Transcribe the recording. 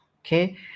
okay